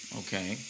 okay